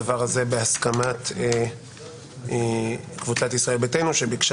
הדבר הזה בהסכמת קבוצת ישראל ביתנו שביקשה